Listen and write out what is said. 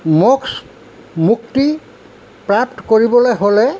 মোক্স মুক্তি প্ৰাপ্ত কৰিবলৈ হ'লে